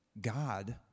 God